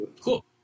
Cool